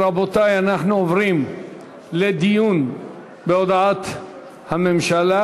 רבותי, אנחנו עוברים לדיון בהודעת הממשלה.